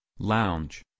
lounge